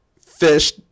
fish